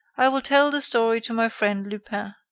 i will tell the story to my friend lupin.